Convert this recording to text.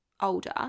older